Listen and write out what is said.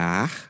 Dar